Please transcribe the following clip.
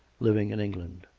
living in england.